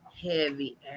heavy